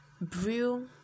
brew